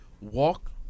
walk